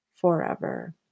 forever